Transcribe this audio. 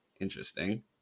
Interesting